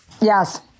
Yes